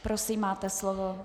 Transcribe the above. Prosím, máte slovo.